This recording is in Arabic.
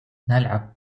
نلعب